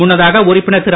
முன்னதாக உறுப்பினர் திரு